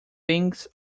thinks